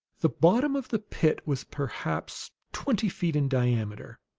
the bottom of the pit was perhaps twenty feet in diameter,